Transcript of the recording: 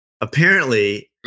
apparently-